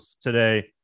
today